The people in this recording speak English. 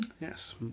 Yes